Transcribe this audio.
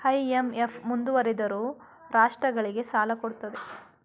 IMF ಮುಂದುವರಿದಿರುವ ರಾಷ್ಟ್ರಗಳಿಗೆ ಸಾಲ ಕೊಡುತ್ತದೆ